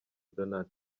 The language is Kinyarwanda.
donald